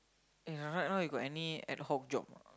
eh right now you got any ad hoc job or not